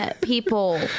people